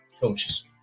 Coaches